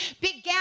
began